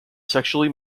sexually